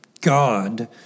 God